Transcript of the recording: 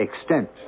extent